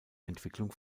entwicklung